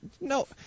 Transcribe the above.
No